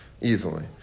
easily